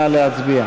נא להצביע.